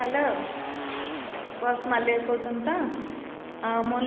hello bus ମାଲିକ କହୁଛନ୍ତି ତ ଆ ମୁଁ